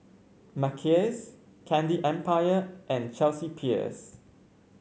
Mackays Candy Empire and Chelsea Peers